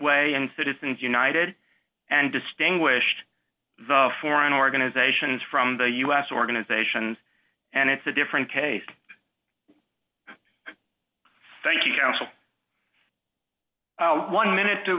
way and citizens united and distinguished the foreign organizations from the u s organizations and it's a different case thank you one minute to